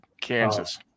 Kansas